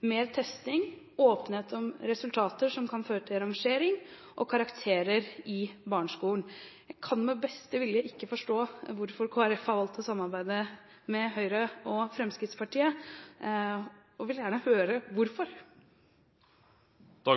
mer testing, åpenhet om resultater som kan føre til rangering, og karakterer i barneskolen? Jeg kan med beste vilje ikke forstå hvorfor Kristelig Folkeparti har valgt å samarbeide med Høyre og Fremskrittspartiet, og vil gjerne høre hvorfor. Da